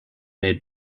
made